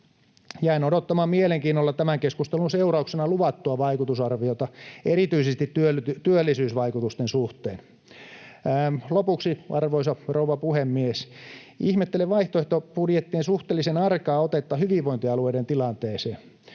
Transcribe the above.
Jäin odottamaan mielenkiinnolla tämän keskustelun seurauksena luvattua vaikutusarviota, erityisesti työllisyysvaikutusten suhteen. Lopuksi, arvoisa rouva puhemies: Ihmettelen vaihtoehtobudjettien suhteellisen arkaa otetta hyvinvointialueiden tilanteeseen.